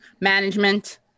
Management